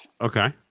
Okay